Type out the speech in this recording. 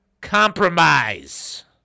compromise